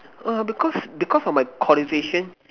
uh because because of my qualification